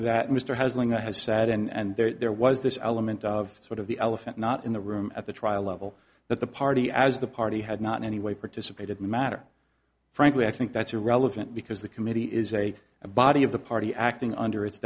that mr haslingden has said and there was this element of sort of the elephant not in the room at the trial level but the party as the party had not any way participated in the matter frankly i think that's irrelevant because the committee is a a body of the party acting under its